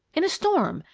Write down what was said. in a storm,